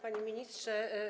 Panie Ministrze!